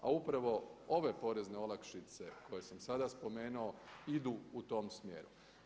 A upravo ove porezne olakšice koje sam sada spomenuo idu u tom smjeru.